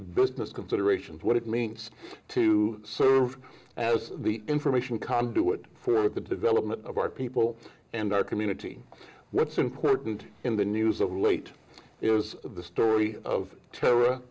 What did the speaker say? business considerations what it means to so as the information conduit for the development of our people and our community what's important in the news of late it was the story of tara